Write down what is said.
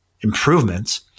improvements